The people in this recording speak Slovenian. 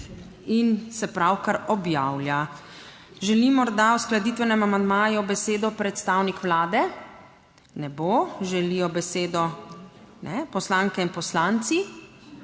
In se pravkar objavlja. Želi morda v uskladitvenem amandmaju besedo predstavnik Vlade? (Ne.) Ne bo. Želijo besedo, ne, poslanke in poslanci?